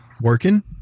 working